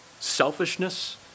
selfishness